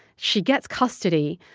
she gets custody.